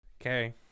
Okay